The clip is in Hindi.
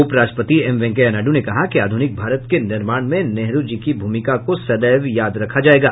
उप राष्ट्रपतिएम वेंकैया नायडू ने कहा कि आधुनिक भारत के निर्माण में नेहरू की भूमिका को सदैव याद रखा जाएगा